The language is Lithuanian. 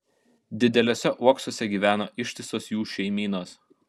dideliuose uoksuose gyveno ištisos jų šeimynos